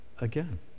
again